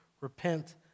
repent